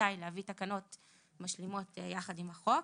כדאי להביא תקנות משלימות יחד עם החוק.